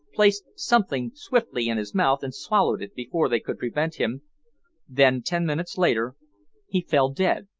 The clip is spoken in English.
placed something swiftly in his mouth and swallowed it before they could prevent him then ten minutes later he fell dead.